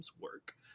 work